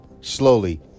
slowly